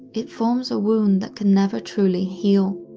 it forms a wound that can never truly heal.